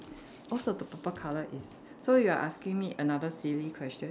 oh so the purple color is so you're asking me another silly question